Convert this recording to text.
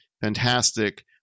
fantastic